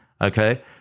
Okay